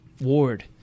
Ward